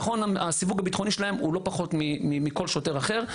הסיווג הביטחוני שלהם הוא לא פחות מכול שוטר אחר,